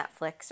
Netflix